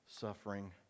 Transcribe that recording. suffering